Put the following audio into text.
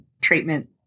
treatment